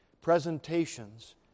presentations